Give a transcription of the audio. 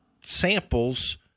samples